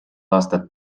aastat